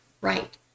right